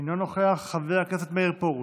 אינו נוכח, חבר הכנסת מאיר פרוש,